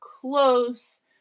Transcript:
close